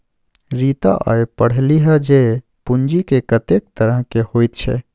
रीता आय पढ़लीह जे पूंजीक कतेक तरहकेँ होइत छै